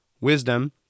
Wisdom